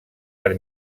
per